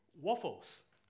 Waffles